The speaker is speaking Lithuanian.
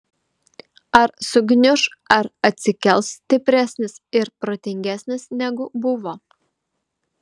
ar sugniuš ar atsikels stipresnis ir protingesnis negu buvo